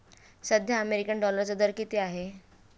सध्या अमेरिकन डॉलरचा दर किती आहे?